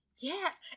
yes